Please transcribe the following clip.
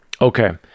Okay